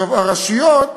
הרשויות